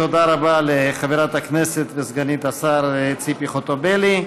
תודה רבה לחברת הכנסת וסגנית השר ציפי חוטובלי.